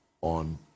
on